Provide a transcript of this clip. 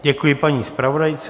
Děkuji paní zpravodajce.